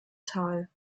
tal